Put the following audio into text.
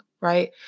right